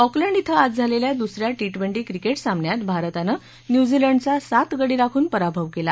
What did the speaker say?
Auckland ॐ आज झालेल्या दुस या टी ट्वेंटी क्रिकेट सामन्यात भारतानं न्यूझीलंडचा सात गडी राखून पराभव केला